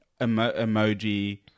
emoji